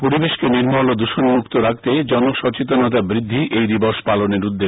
পরিবেশকে নির্মল ও দৃষণ মুক্ত রাখতে জনসচেতনতা বৃদ্ধিই এই দিবস পালনের উদ্দেশ্য